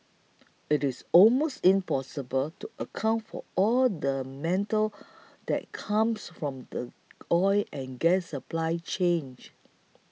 it's almost impossible to account for all the mental that comes from the oil and gas supply change